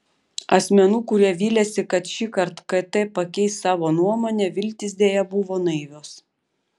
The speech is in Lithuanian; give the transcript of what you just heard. asmenų kurie vylėsi kad šįkart kt pakeis savo nuomonę viltys deja buvo naivios